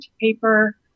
paper